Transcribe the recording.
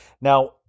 Now